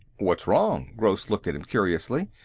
what's wrong? gross looked at him curiously.